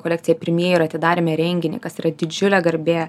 kolekciją pirmieji ir atidarėme renginį kas yra didžiulė garbė